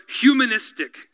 humanistic